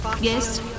Yes